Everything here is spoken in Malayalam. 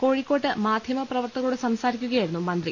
കോഴിക്കോട്ട് മാധ്യമ പ്രവർത്തകരോട് സംസാ രിക്കുകയായിരുന്നു മന്ത്രി